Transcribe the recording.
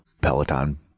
Peloton